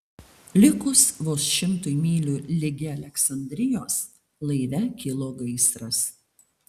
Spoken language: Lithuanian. likus vos šimtui mylių ligi aleksandrijos laive kilo gaisras